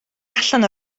allan